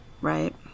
Right